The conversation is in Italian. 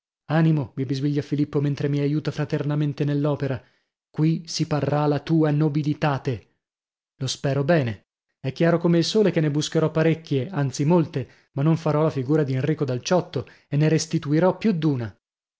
animo mi bisbiglia filippo mentre mi aiuta fraternamente nell'opera qui si parrà la tua nobilitate lo spero bene è chiaro come il sole che ne buscherò parecchie anzi molte ma non farò la figura di enrico dal ciotto e ne restituirò più